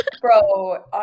Bro